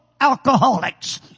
alcoholics